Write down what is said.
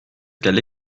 qu’elle